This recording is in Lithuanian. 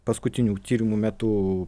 paskutinių tyrimų metu